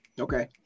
Okay